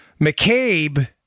McCabe